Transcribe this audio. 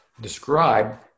describe